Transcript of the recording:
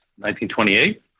1928